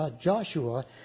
Joshua